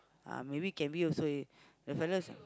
uh maybe can be also eh the fellas